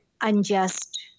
unjust